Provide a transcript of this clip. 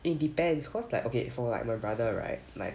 it depends cause like okay so for like my brother right like